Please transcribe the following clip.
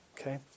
Okay